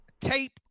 tape